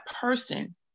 person